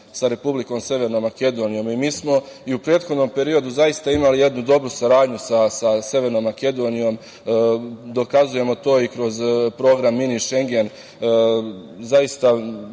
sa Republikom Severnom Makedonijom. Mi smo i u prethodnom periodu zaista imali jednu dobru saradnju sa Severnom Makedonijom, dokazujemo to i kroz program "mini šengen". Zaista